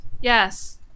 yes